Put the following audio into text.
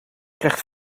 krijgt